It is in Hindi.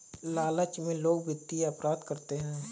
लालच में लोग वित्तीय अपराध करते हैं